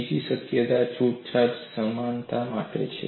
બીજી શક્યતા છૂટછાટ સમાનતા માટે છે